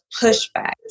pushback